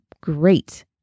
great